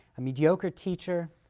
a mediocre teacher,